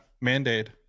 mandate